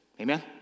Amen